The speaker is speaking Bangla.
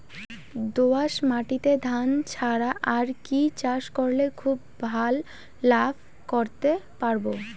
দোয়াস মাটিতে ধান ছাড়া আর কি চাষ করলে খুব ভাল লাভ করতে পারব?